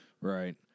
Right